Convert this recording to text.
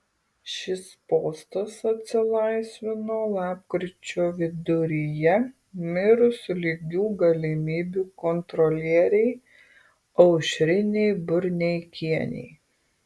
šis postas atsilaisvino lapkričio viduryje mirus lygių galimybių kontrolierei aušrinei burneikienei